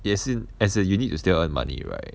as in as in you need to still earn money right